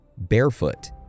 barefoot